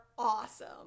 awesome